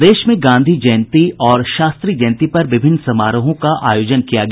प्रदेश में गांधी जयंती और शास्त्री जयंती पर विभिन्न समारोहों का आयोजन किया गया